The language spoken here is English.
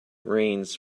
rains